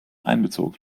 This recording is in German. einbezogen